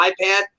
iPad